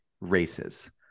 races